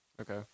Okay